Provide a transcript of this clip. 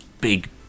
big